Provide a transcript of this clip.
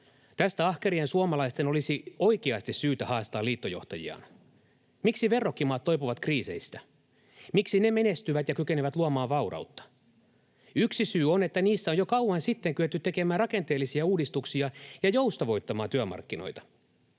tästä ahkerien suomalaisten olisi oikeasti syytä haastaa liittojohtajiaan. Miksi verrokkimaat toipuvat kriiseistä? Miksi ne menestyvät ja kykenevät luomaan vaurautta? Yksi syy on, että niissä on jo kauan sitten kyetty tekemään rakenteellisia uudistuksia ja joustavoittamaan työmarkkinoita.